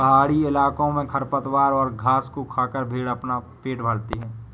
पहाड़ी इलाकों में खरपतवारों और घास को खाकर भेंड़ अपना पेट भरते हैं